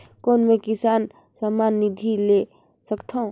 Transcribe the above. कौन मै किसान सम्मान निधि ले सकथौं?